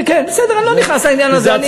כן כן, בסדר, אני לא נכנס לעניין הזה.